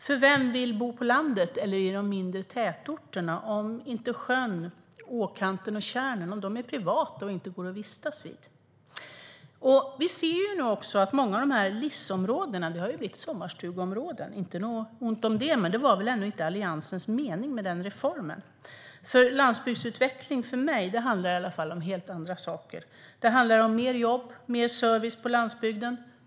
För vem vill bo på landet eller i de mindre tätorterna om inte sjön, åkanten och tjärnen går att vistas vid för att de är privata? Vi ser nu också att många av de här LIS-områdena har blivit sommarstugeområden. Inget ont i det, men det var väl ändå inte Alliansens mening med den reformen? För mig handlar landsbygdsutveckling om helt andra saker. Det handlar om mer jobb och mer service på landsbygden.